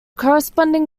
corresponding